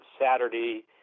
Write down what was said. Saturday